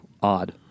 odd